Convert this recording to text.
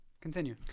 Continue